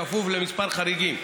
בכמה חריגים.